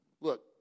Look